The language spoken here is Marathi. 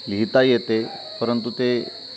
लिहिता येते परंतु ते